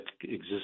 exists